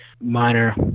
minor